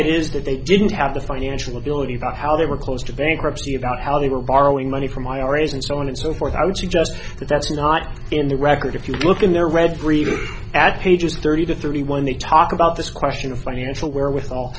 is that they didn't have the financial ability but how they were close to bankruptcy about how they were borrowing money from iras and so on and so forth i would suggest that that's not in the record if you look in their read reading at pages thirty to thirty one they talk about this question of financial wherewithal